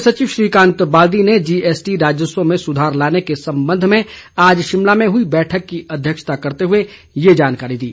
मुख्य सचिव श्रीकांत बाल्दी ने जीएसटी राजस्व में सुधार लाने के संबंध में आज शिमला में हई बैठक की अध्यक्षता करते हुए ये जानकारी दी